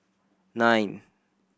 nine